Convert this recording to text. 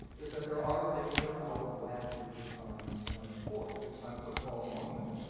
is that there are things that are out-of-whack with big-time sports, big-time football among them.